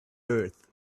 earth